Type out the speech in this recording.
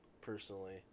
personally